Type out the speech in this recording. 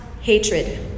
hatred